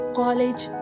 college